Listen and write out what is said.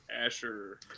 asher